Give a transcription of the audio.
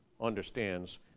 understands